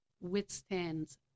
withstands